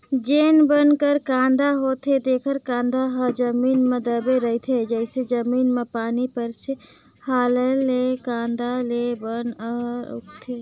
जेन बन कर कांदा होथे तेखर कांदा ह जमीन म दबे रहिथे, जइसे जमीन म पानी परिस ताहाँले ले कांदा ले बन ह उग जाथे